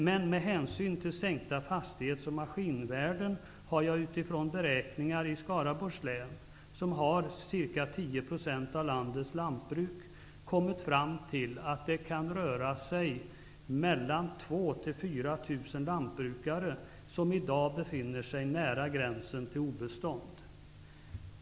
Med hänsyn till sänkta fastighets och maskinvärden har jag utifrån beräkningar i Skaraborgs län -- som har ca 10 % av landets lantbruk -- kommit fram till att det kan röra sig om 2 000--4 000 lantbrukare som i dag befinner sig nära gränsen till obestånd.